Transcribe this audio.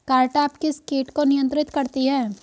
Cartap किस किट को नियंत्रित करती है?